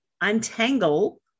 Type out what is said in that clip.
untangle